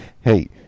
Hey